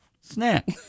Snack